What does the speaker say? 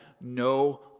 no